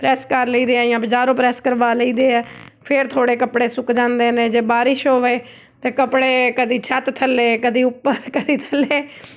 press ਕਰ ਲਈਦੇ ਹੈ ਜਾਂ ਬਜ਼ਾਰੋਂ ਪ੍ਰੈਸ ਕਰਵਾ ਲਈਦੇ ਹੈ ਫਿਰ ਥੋੜ੍ਹੇ ਕੱਪੜੇ ਸੁੱਕ ਜਾਂਦੇ ਨੇ ਜੇ ਬਾਰਿਸ਼ ਹੋਵੇ ਤਾਂ ਕੱਪੜੇ ਕਦੇ ਛੱਤ ਥੱਲੇ ਕਦੇ ਉੱਪਰ ਕਦੇ ਥੱਲੇ